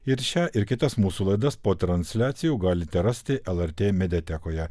ir šią ir kitas mūsų laidas po transliacijų galite rasti lrt mediatekoje